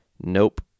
Nope